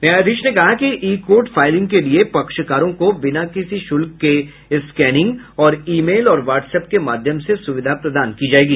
न्यायाधीश ने कहा कि ई कोर्ट फाईलिंग के लिये पक्षकारों को बिना किसी शुल्क के स्कैनिंग और ई मेल और व्हाट्सऐप के माध्यम से सुविधा प्रदान की जायेगी